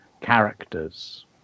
characters